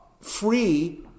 free